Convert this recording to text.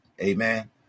Amen